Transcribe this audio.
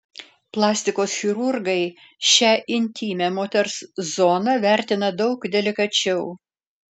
plastikos chirurgai šią intymią moters zoną vertina daug delikačiau